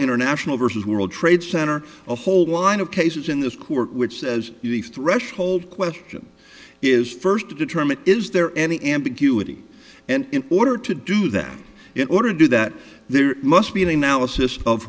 international versus world trade center a whole line of cases in this court which says threshold question is first to determine is there any ambiguity and in order to do that in order to do that there must be